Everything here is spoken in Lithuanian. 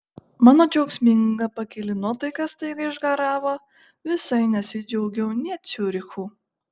mano džiaugsminga pakili nuotaika staiga išgaravo visai nesidžiaugiau nė ciurichu